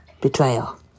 betrayal